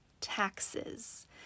taxes